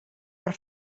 per